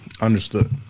Understood